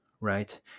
right